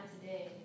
today